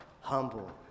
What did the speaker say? Humble